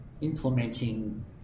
implementing